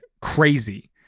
crazy